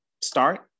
start